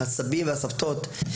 הסבים והסבתות,